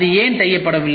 அது ஏன் செய்யப்படவில்லை